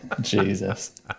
Jesus